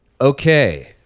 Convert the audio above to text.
Okay